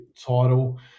title